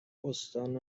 استان